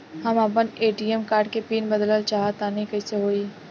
हम आपन ATM card के पीन बदलल चाहऽ तनि कइसे होई?